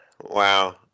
Wow